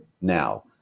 now